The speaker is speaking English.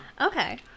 Okay